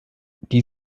die